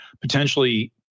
potentially